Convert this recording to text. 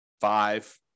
five